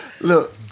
Look